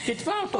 תתבע אותו.